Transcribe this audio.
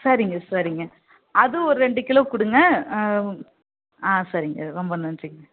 சரிங்க சரிங்க அதுவும் ஒரு ரெண்டு கிலோ கொடுங்க ஆ சரிங்க ரொம்ப நன்றிங்க